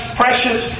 precious